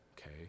okay